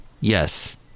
Yes